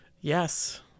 yes